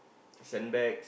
sandbags